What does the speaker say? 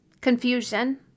confusion